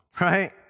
right